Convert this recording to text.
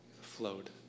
flowed